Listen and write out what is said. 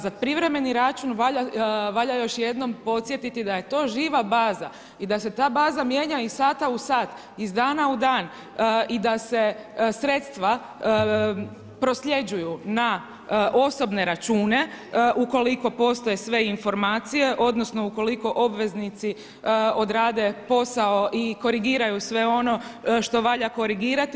Za privremeni račun valja još jednom podsjetiti da je to živa baza i da se ta baza mijenja iz sata u sat, iz dana u dan i da se sredstva prosljeđuju na osobne račune ukoliko postoje sve informacije, odnosno ukoliko obveznici odrade posao i korigiraju sve ono što valja korigirati.